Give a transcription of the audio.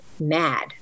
mad